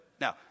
Now